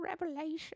revelation